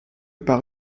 par